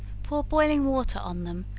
pour boiling water on them,